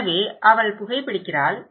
எனவே அவள் புகைபிடிக்கிறாள்